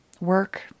work